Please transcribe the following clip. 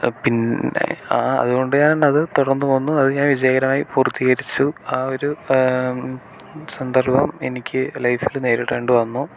പിന്നെ ആ അതുകൊണ്ട് ഞാൻ അത് തുടർന്നുപോകുന്നു അത് ഞാൻ വിജയകരമായി പൂർത്തീകരിച്ചു ആ ഒരു സന്ദർഭം എനിക്ക് ലൈഫിൽ നേരിടേണ്ടി വന്നു